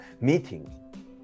meeting